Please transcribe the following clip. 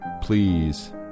please